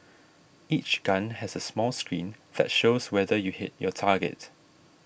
each gun has a small screen that shows whether you hit your target